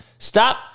Stop